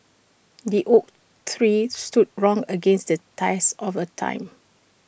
the oak three stood wrong against the test of A time